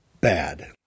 Bad